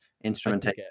instrumentation